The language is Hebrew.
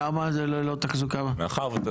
למה זה ללא תחזוקה ופחת?